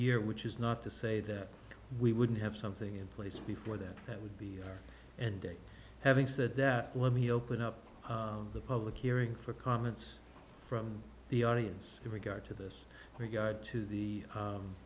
year which is not to say that we wouldn't have something in place before that that would be and having said that let me open up the public hearing for comments from the audience in regard to this regard to the